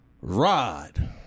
rod